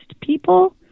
people